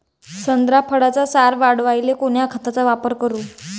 संत्रा फळाचा सार वाढवायले कोन्या खताचा वापर करू?